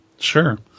Sure